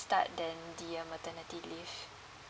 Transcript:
start then the uh maternity leave